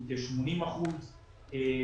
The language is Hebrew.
הוא כ-80 אחוזים.